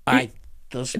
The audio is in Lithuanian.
ai tas